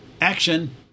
Action